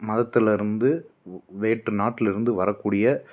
மதத்தில் இருந்து உ வேற்று நாட்டில் இருந்து வரக்கூடிய